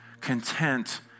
content